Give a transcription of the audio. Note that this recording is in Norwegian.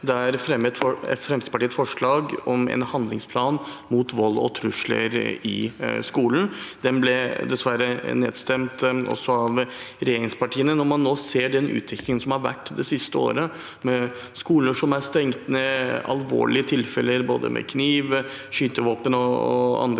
Fremskrittspartiet et forslag om en handlingsplan mot vold og trusler i skolen. Det ble dessverre nedstemt, også av regjeringspartiene. Når man ser utviklingen som har vært det siste året, med skoler som er stengt ned, alvorlige tilfeller med både kniv og skytevåpen og andre